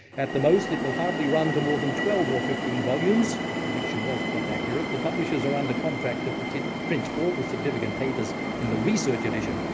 at the most, it will hardly run to more than twelve or fifteen volumes. that prediction was quite accurate. the publishers are under contract to print print all the significant papers in the research edition.